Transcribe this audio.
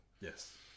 yes